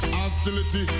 Hostility